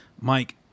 Mike